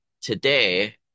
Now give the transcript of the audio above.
today